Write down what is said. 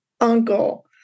uncle